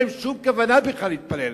אין להם שום כוונה בכלל להתפלל.